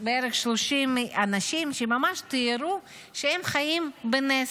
בערך 30 אנשים, שממש תיארו שהם חיים בנס.